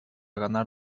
ganar